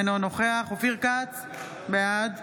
אינו נוכח אופיר כץ, בעד